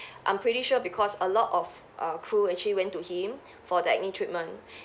I'm pretty sure because a lot of err crew actually went to him for the acne treatment